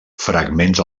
fragments